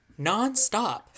nonstop